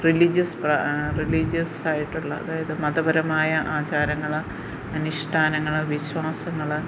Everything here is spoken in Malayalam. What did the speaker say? റിലീജിയസ് റിലീജിയസായിട്ടുള്ള അതായത് മതപരമായ ആചാരങ്ങൾ അനുഷ്ഠാനങ്ങൾ വിശ്വാസങ്ങൾ